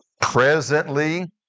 Presently